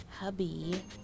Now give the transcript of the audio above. hubby